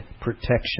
protection